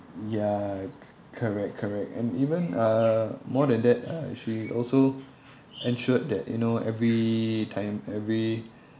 ya correct correct and even uh more than that uh she also ensured that you know every time every